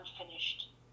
unfinished